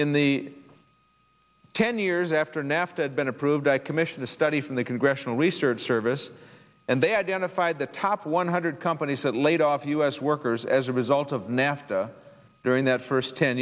in the ten years after nafta had been approved i commissioned a study from the congressional research service and they identified the top one hundred companies that laid off u s workers as a result of nafta during that first ten